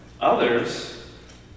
others